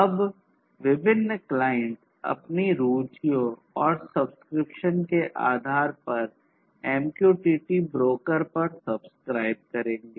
अब विभिन्न क्लाइंट अपनी रुचियों और सब्सक्रिप्शन के आधार पर इस MQTT ब्रोकर पर सब्सक्राइब करेंगे